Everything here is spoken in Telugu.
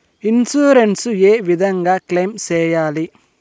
ఇన్సూరెన్సు ఏ విధంగా క్లెయిమ్ సేయాలి?